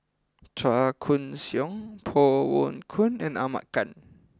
Chua Koon Siong Koh Poh Koon and Ahmad Khan